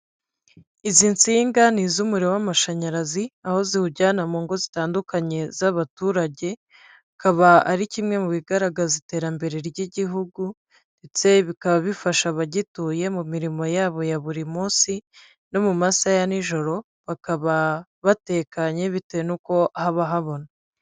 Izi nsinga ni iz'umuriro w'amashanyarazi, aho ziwujyana mu ngo zitandukanye z'abaturage, akaba ari kimwe mu bigaragaza iterambere ry'igihugu ndetse bikaba bifasha abagituye mu mirimo yabo ya buri munsi, no mu masaha ya nijoro bakaba batekanye bitewe n'uko haba habona.